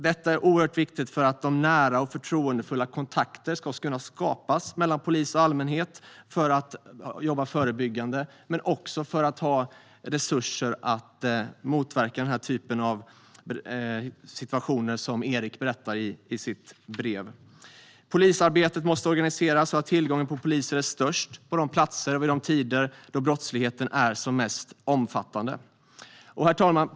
Detta är oerhört viktigt för att nära och förtroendefulla kontakter ska kunna skapas mellan polis och allmänhet så att man kan jobba förebyggande men också för att ha resurser till att motverka den typ av situationer som Erik berättar om i sitt brev. Polisarbetet måste organiseras så att tillgången på poliser är störst på de platser och vid de tider då brottsligheten är som mest omfattande.